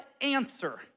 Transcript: answer